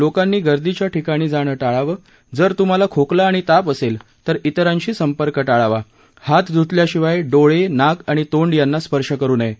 लोकांनी गर्दीच्या ठिकाणी जाणं ळावं जर तुम्हाला खोकला आणि ताप असेल तर विरांशी संपर्क ाळावा हात धुतल्याशिवाय डोळे नाक आणि तोंड यांना स्पर्श करु नये